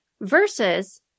versus